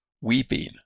Weeping